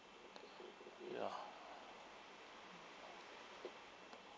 ya